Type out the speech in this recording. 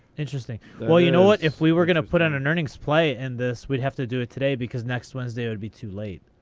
interesting. well, you know what, if we were going to put on an earnings play in this, we'd have to do it today because next wednesday would be too late.